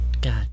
god